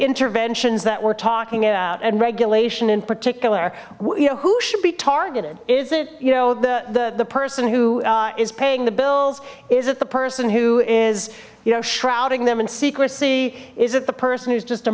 interventions that we're talking about and regulation in particular you know who should be targeted is it you know the the person who is paying the bills is it the person who is you know shrouding the secrecy is it the person who's just a